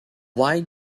why